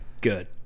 good